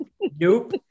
Nope